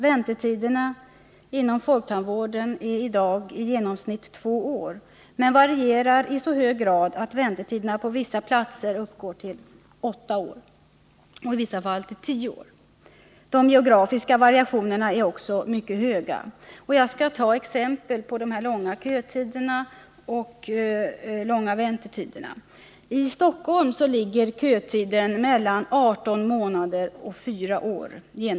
Väntetiderna inom folktandvården är i dag i genomsnitt två år men varierar i så hög grad att de på vissa platser uppgår till åtta eller tio år. De geografiska variationerna är mycket stora. Jag skall ta några exempel på de långa väntetiderna. I Stockholm ligger kötiden på mellan 18 månader och fyra år.